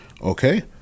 Okay